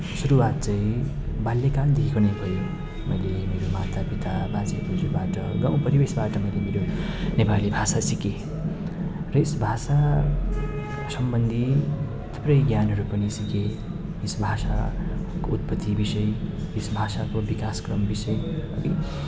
सुरुआत चाहिँ बाल्यकालदेखिको नै भयो मैले मेरो मातापिता बाजेबोजूबाट गाउँ परिवेशबाट मैले मेरो नेपाली भाषा सिकेँ त्यस भाषा सम्बन्धी थुप्रै ज्ञानहरू पनि सिकेँ यस भाषाको उत्पति विषय यस भाषाको विकासक्रम विषय पनि